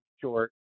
short